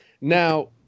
Now